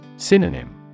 Synonym